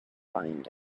find